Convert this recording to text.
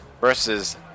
versus